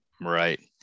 Right